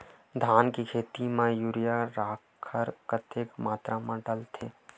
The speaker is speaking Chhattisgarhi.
धान के खेती म यूरिया राखर कतेक मात्रा म डलथे?